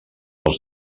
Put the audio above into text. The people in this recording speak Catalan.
els